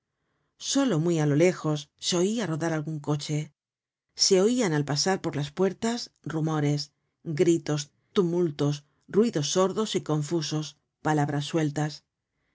solo muy á lo lejos se oia rodar algun coche se oian al pasar por las puertas rumores gritos tumultos ruidos sordos y confusos palabras sueltas